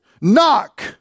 knock